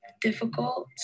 difficult